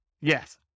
Yes